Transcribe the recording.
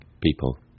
people